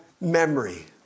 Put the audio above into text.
memory